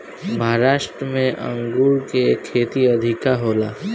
महाराष्ट्र में अंगूर के खेती अधिका होला